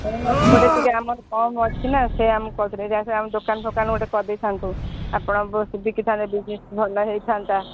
କାହିଁକିନା ଏପଟେ ଟିକେ ଆମର କମ୍ ଅଛି ନା ସେ ଆମ ପାଖରେ କତିରେ ଥିଲେ ଦୋକାନ ଫୋକାନ ଗୋଟେ କରିଦେଇଥାନ୍ତୁ ଆପଣ ବହୁତ ବିକିଥାନ୍ତେ ବିଜିନେସ୍ ଭଲ ହୋଇଥାନ୍ତା